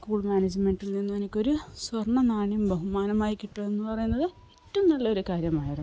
school മാനേജ്മെൻറ്റിൽ നിന്ന് എനിക്കൊരു സ്വർണ്ണ നാണയം ബഹുമാനമായി കിട്ടുക എന്ന് പറയുന്നത് ഏറ്റവും നല്ലൊരു കാര്യമായിരുന്നു